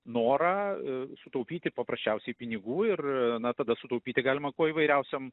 norą sutaupyti paprasčiausiai pinigų ir na tada sutaupyti galima kuo įvairiausiom